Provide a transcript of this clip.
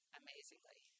amazingly